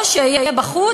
או שאהיה בחוץ.